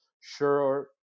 Sure